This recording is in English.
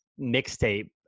mixtape